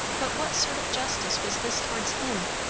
but what sort of justice was this towards him?